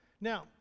Now